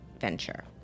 venture